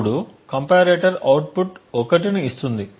అప్పుడు comparator output 1 ని ఇస్తుంది